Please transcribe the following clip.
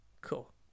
Cool